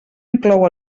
inclou